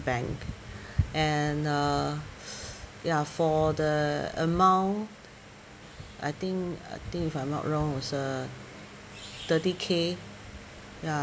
bank and uh ya for the amount I think I think if I'm not wrong was uh thirty K ya